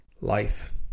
life